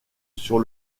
sur